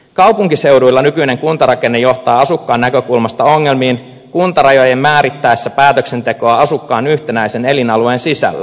kaupunkiseuduilla nykyinen kuntarakenne johtaa asukkaan näkökulmasta ongelmiin kuntarajojen määrittäessä päätöksentekoa asukkaan yhtenäisen elinalueen sisällä